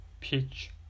pitch